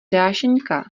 dášeňka